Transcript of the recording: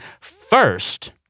First